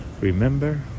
Remember